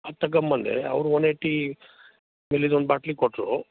ಅದು ತಗೊಂಬಂದೆ ಅವರು ಒನ್ ಎಯ್ಟಿ ಮಿಲೀದು ಒಂದು ಬಾಟಲಿ ಕೊಟ್ಟರು